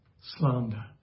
slander